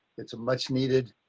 it's a much needed